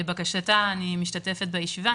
לבקשתה אני משתתפת בישיבה.